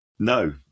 No